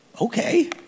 Okay